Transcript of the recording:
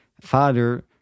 father